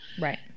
Right